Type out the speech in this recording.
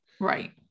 right